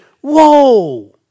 Whoa